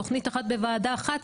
תוכנית אחת בוועדה אחת,